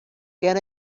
can